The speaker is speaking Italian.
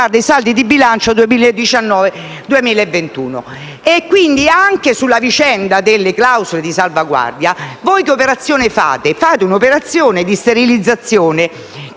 i saldi di bilancio 2019-2021». Quindi anche sulla vicenda delle clausole di salvaguardia, fate un'operazione di sterilizzazione